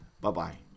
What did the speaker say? Bye-bye